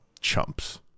Chumps